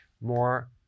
more